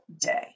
day